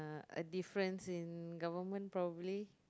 a difference in government probably